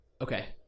Okay